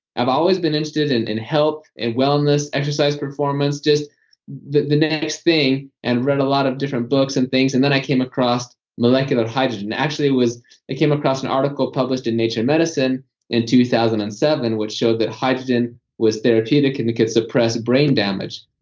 i've always been interested in in health, and wellness exercise performance, just the the next thing, and read a lot of different books and things and then i came across molecular hydrogen. actually, i came across an article published in nature medicine in two thousand and seven, which showed that hydrogen was therapeutic and suppress brain damage,